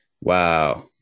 wow